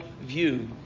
view